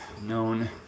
Known